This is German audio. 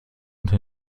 unter